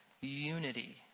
unity